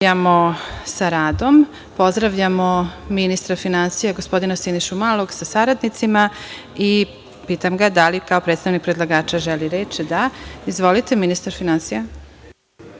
nastavljamo sa radom. Pozdravljamo ministra finansija, gospodina Sinišu Malog sa saradnicima i pitam ga da li kao predstavnik predlagača želi reč? (Da.)Izvolite, ministre finansija.